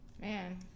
Man